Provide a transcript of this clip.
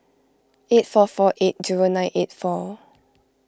eight four four eight zero nine eight four